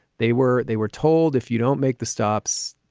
they were they were told, if you don't make the stops,